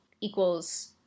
equals